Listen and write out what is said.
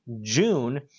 June